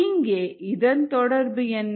இங்கே இதன் தொடர்பு என்ன